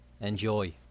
Enjoy